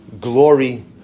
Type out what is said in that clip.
glory